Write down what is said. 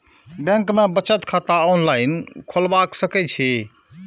Bank में बचत खाता ऑनलाईन खोलबाए सके छी?